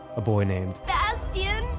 a boy named, bastian.